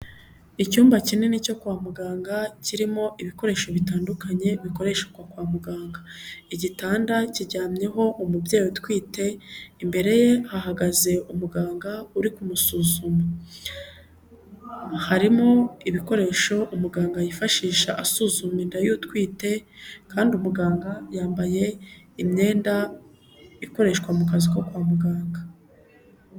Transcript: Icyumba kinini cyo kwa muganga kirimo ibikoresho bitandukanye bikoreshwa kwa muganga igitanda kiryamyeho umubyeyi utwite, imbere ye hagaze umuganga uri kumusuzuma, harimo ibikoresho umuganga yifashisha asuzuma inda y'utwite kandi umuganga yambaye imyenda ikoreshwa mu kazi ko kwa muganga.